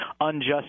unjust